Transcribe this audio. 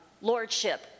lordship